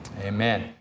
Amen